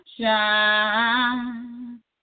Shine